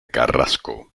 carrasco